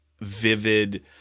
vivid